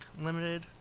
limited